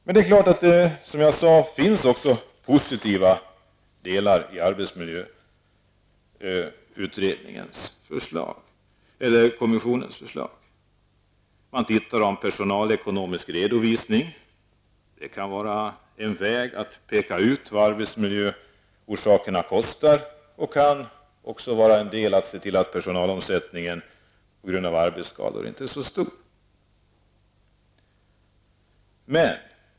Men som jag sade finns det även positiva delar i arbetsmiljökommissionens förslag. Man talar om personalekonomi. Det kan vara en väg att peka på vad arbetsmiljöskadorna kostar. Det kan medverka till att personalomsättningen på grund av arbetsskador inte blir så stor.